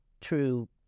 true